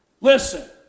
Listen